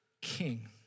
king